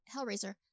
Hellraiser